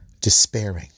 despairing